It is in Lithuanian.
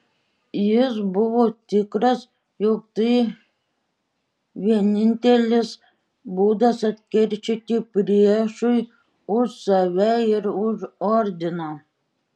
jis buvo tikras jog tai vienintelis būdas atkeršyti priešui už save ir už ordiną